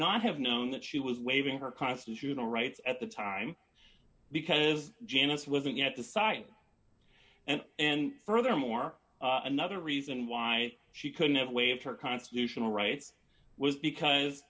not have known that she was waving her constitutional rights at the time because janice wasn't at the site and and furthermore another reason why she couldn't have waived her constitutional rights was because